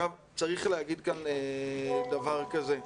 צריך להגיד כאן דבר כזה,